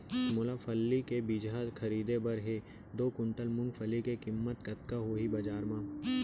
मोला फल्ली के बीजहा खरीदे बर हे दो कुंटल मूंगफली के किम्मत कतका होही बजार म?